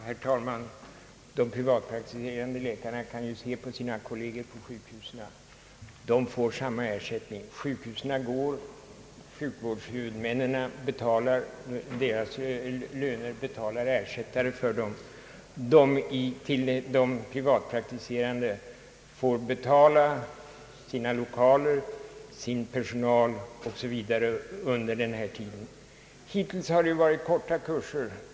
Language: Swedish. Herr talman! De privatpraktiserande läkarna kan ju göra jämförelser med sina kolleger på sjukhusen. Dessa får samma ersättning. Sjukvårdshuvudmännen, som betalar sjukhusläkarnas löner, betalar också kostnaderna för vikarier för dem. De privatpraktiserande läkarna får själva betala sina lokaler, sin personal osv. under den tid de deltar i de kurser det här gäller. Hittills har det varit fråga om korta kurser.